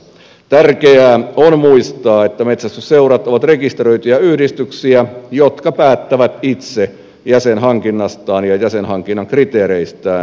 tärkeää on muistaa että metsästysseurat ovat rekisteröityjä yhdistyksiä jotka päättävät itse jäsenhankinnastaan ja jäsenhankinnan kriteereistään